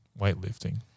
weightlifting